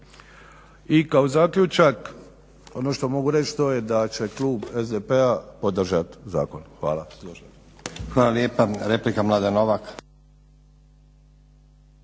I kao zaključak ono što mogu reći to je da će klub SDP-a podržati zakon. Hvala. **Stazić, Nenad (SDP)** Hvala